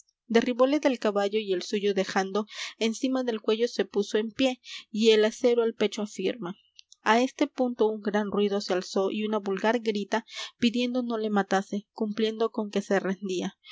derribóle del caballo y el suyo dejando encima del cuello se puso en pié y el acero al pecho afirma á este punto un gran ruido se alzó y una vulgar grita pidiendo no le matase cumpliendo con que se rendía